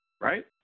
right